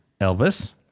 Elvis